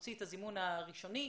תוציא את הזימון הראשוני,